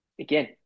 again